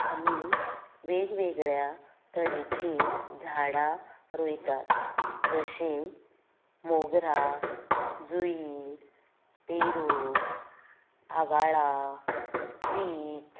आमी वेगवेगळ्या तरेची झाडां रोयतात जशीं मोगरां जुयीं पेरू आवाळां चिंच